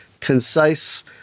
concise